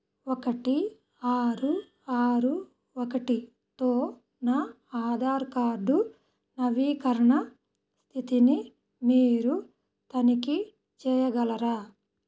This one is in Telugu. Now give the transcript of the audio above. ఒకటి ఆరు ఆరు ఒకటితో నా ఆధార్ కార్డు నవీకరణ స్థితిని మీరు తనిఖీ చేయగలరా